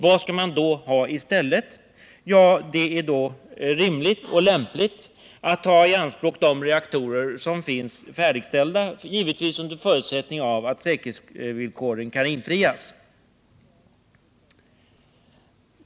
Vad skall man då ha i stället? Jo, det är i det läget rimligt och lämpligt att ta i anspråk de reaktorer som finns färdigställda — givetvis under förutsättning att säkerhetsvillkoren kan infrias.